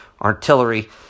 artillery